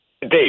Dave